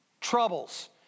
Troubles